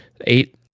eight